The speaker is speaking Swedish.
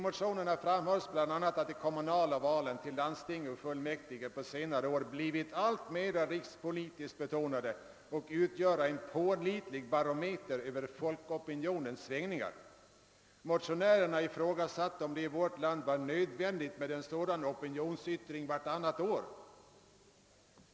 Motionärerna framhöll bl.a. att de kommunala valen till landsting och fullmäktige på senare år blivit alltmera rikspolitiskt betonade och utgjorde en pålitlig barometer när det gällde folkopinionens svängningar, och de ifrågasatte om det i vårt land var nödvändigt med en sådan opinionsyttring vartannat år.